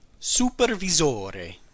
Supervisore